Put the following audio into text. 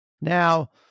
Now